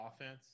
offense